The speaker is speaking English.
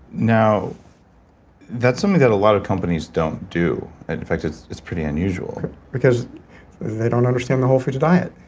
now that's something that a lot of companies don't do. and in fact it's it's pretty unusual because they don't understand the the whole foods diet,